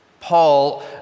Paul